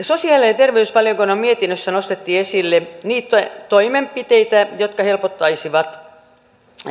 sosiaali ja terveysvaliokunnan mietinnössä nostettiin esille niitä toimenpiteitä jotka helpottaisivat